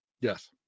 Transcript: Yes